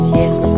yes